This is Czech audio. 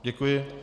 Děkuji.